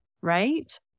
right